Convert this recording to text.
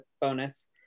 bonus